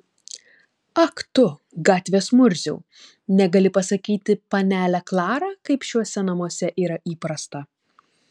ak tu gatvės murziau negali pasakyti panelę klarą kaip šiuose namuose yra įprasta